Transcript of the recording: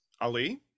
Ali